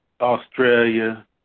Australia